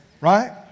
Right